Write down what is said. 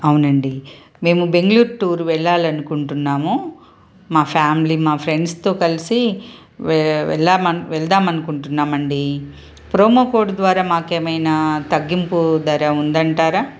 అవునండి మేము బెంగళూరు టూర్ వెళ్ళాలని అనుకుంటున్నాము మా ఫ్యామిలీ మా ఫ్రెండ్స్తో కలిసి వెళ్ళా వెళదామని అనుకుంటున్నాము అండి ప్రోమో కోడ్ ద్వారా మాకు ఏమైనా తగ్గింపు ధర ఉందంటారా